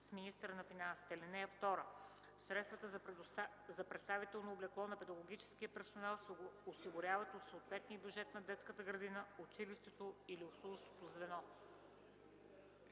с министъра на финансите. (2) Средствата за представителното облекло на педагогическия персонал се осигуряват от съответния бюджет на детската градина, училището или обслужващото звено.”